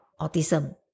autism